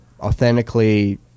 authentically